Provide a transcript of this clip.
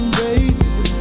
baby